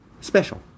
special